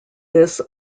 this